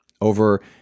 over